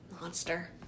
Monster